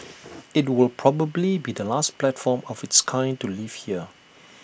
IT will probably be the last platform of its kind to leave here